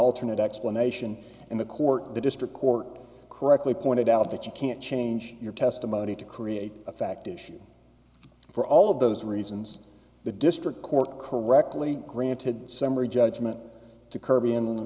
alternate explanation and the court the district court correctly pointed out that you can't change your testimony to create a fact issue for all of those reasons the district court correctly granted summary judgment t